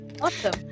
Awesome